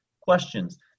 questions